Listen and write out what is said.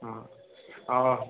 हाँ और